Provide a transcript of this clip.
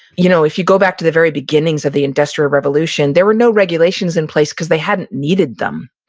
you know if you go back to the very beginnings of the industrial revolution, there were no regulations in place, cause they hadn't needed them.